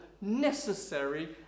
necessary